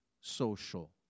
social